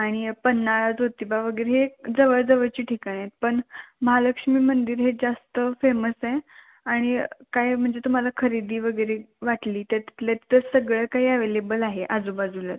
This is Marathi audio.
आणि पन्नाळा जोतिबा वगैरे हे जवळजवळचे ठिकाणं आहेत पण महालक्ष्मी मंदिर हे जास्त फेमस आहे आणि काय म्हणजे तुम्हाला खरेदी वगैरे वाटली तर तिथल्या तिथं सगळं काही अॅवेलेबल आहे आजूबाजूलाच